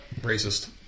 racist